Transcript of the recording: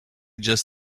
just